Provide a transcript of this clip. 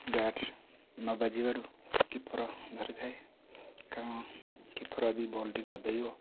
bat ନ ବାଜିବାରୁ କିପର ଧରିଥାଏ କାରଣ କିପର ଯଦି ବଲଟି ନ ଧରିବ